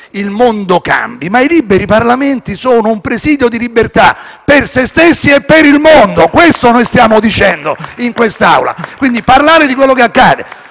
il mondo cambi, ma i liberi Parlamenti sono un presidio di libertà, per se stessi e per il mondo: questo stiamo dicendo in quest'Aula, quindi è opportuno parlare di quello che accade.